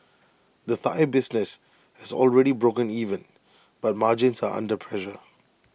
the Thai business has already broken even but margins are under pressure